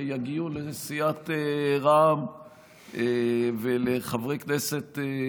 יגיעו לסיעת רע"מ ולחברי הכנסת,